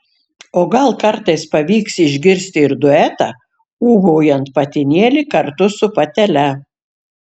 o gal kartais pavyks išgirsti ir duetą ūbaujant patinėlį kartu su patele